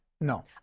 No